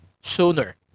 sooner